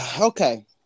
okay